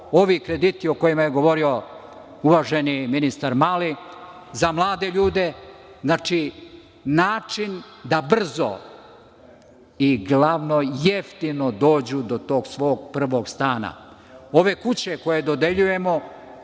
ovi krediti o kojima je govorio uvaženi ministar Mali, za mlade ljude. Znači, način da brzo i, glavno, jeftino dođu do svog prvog stana. Ove kuće koje dodeljujemo